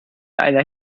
einer